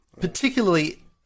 particularly